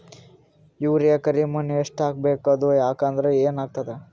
Urea ಕರಿಮಣ್ಣಿಗೆ ಎಷ್ಟ್ ಹಾಕ್ಬೇಕ್, ಅದು ಹಾಕದ್ರ ಏನ್ ಆಗ್ತಾದ?